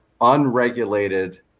unregulated